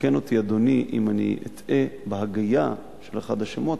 ויתקן אותי אדוני אם אני אטעה בהגייה של אחד השמות,